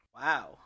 Wow